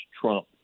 Trump